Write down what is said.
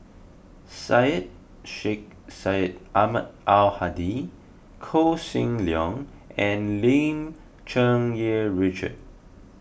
Syed Sheikh Syed Ahmad Al Hadi Koh Seng Leong and Lim Cherng Yih Richard